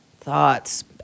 thoughts